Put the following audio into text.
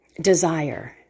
desire